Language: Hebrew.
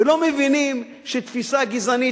ולא מבינים שתפיסה גזענית,